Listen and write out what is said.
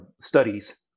studies